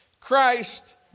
Christ